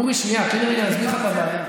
אורי, תן לי להסביר לך את הבעיה.